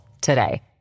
today